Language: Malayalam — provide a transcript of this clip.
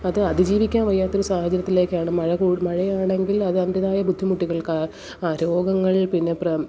അത് അതിജീവിക്കാൻ വയ്യാത്ത ഒരു സാഹചര്യത്തിലേക്കാണ് മഴ മഴയാണെങ്കിൽ അത് അതിൻ്റേതായ ബുദ്ധിമുട്ടുകൾ ആ രോഗങ്ങൾ പിന്നെ